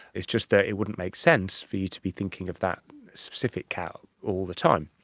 it's just that it wouldn't make sense for you to be thinking of that specific cat all the time.